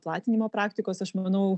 platinimo praktikos aš manau